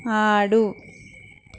ఆడు